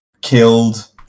killed